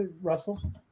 Russell